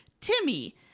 timmy